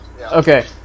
Okay